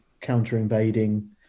counter-invading